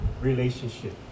relationship